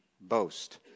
boast